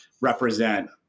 represent